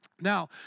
Now